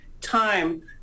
time